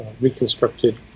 reconstructed